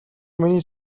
миний